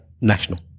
national